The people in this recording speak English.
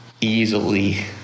easily